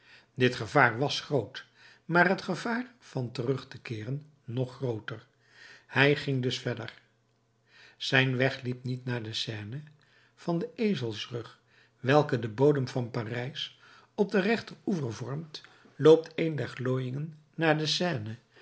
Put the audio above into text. dit gevaar was groot maar het gevaar van terug te keeren nog grooter hij ging dus verder zijn weg liep niet naar de seine van den ezelsrug welken de bodem van parijs op den rechteroever vormt loopt een der glooiingen naar de seine